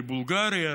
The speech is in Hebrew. מבולגריה,